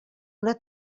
una